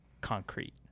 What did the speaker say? concrete